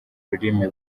rurimi